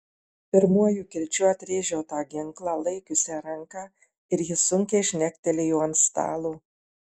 pirmuoju kirčiu atrėžiau tą ginklą laikiusią ranką ir ji sunkiai žnektelėjo ant stalo